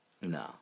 no